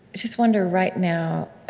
just wonder, right now,